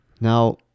Now